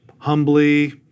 humbly